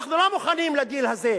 אנחנו לא מוכנים לדיל הזה.